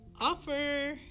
Offer